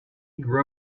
grew